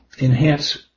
enhance